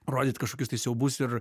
rodyt kažkokius tai siaubus ir